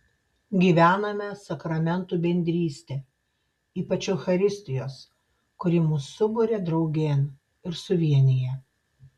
gyvename sakramentų bendrystę ypač eucharistijos kuri mus suburia draugėn ir suvienija